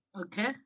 okay